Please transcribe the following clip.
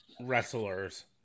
wrestlers